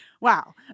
Wow